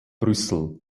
brüssel